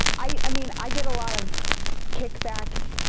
i mean i get a lot of kickback.